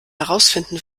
herausfinden